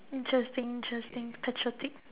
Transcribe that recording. interesting interesting patriotic